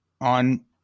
on